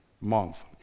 month